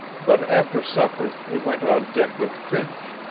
but after supper, he went on deck with finch,